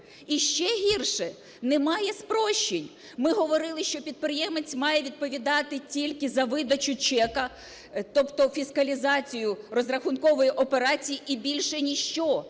І ще гірше – немає спрощень. Ми говорили, що підприємець має відповідати тільки за видачу чека, тобто фіскалізацію розрахункової операції і більше ніщо.